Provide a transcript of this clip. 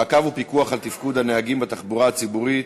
מעקב ופיקוח על תפקוד הנהגים בתחבורה הציבורית,